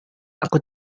aku